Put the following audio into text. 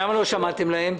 למה לא שמעתם להם?